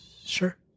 Sure